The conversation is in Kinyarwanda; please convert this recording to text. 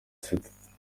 sita